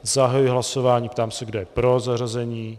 Zahajuji hlasování a ptám se, kdo je pro zařazení.